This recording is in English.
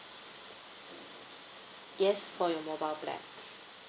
yes for your mobile plan